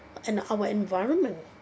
and our environment